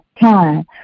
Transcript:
time